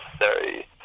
necessary